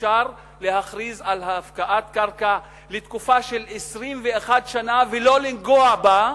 אפשר להכריז על הפקעת קרקע לתקופה של 21 שנה ולא לנגוע בה,